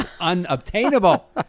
unobtainable